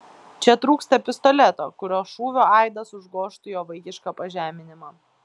čia trūksta pistoleto kurio šūvio aidas užgožtų jo vaikišką pažeminimą